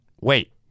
wait